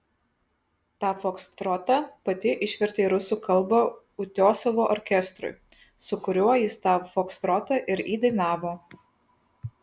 tą fokstrotą pati išvertė į rusų kalbą utiosovo orkestrui su kuriuo jis tą fokstrotą ir įdainavo